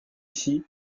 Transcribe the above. ici